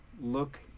look